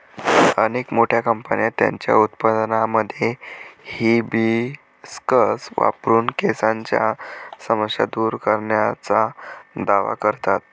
अनेक मोठ्या कंपन्या त्यांच्या उत्पादनांमध्ये हिबिस्कस वापरून केसांच्या समस्या दूर करण्याचा दावा करतात